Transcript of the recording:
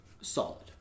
Solid